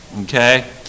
okay